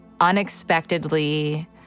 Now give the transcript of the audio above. unexpectedly